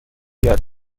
یاد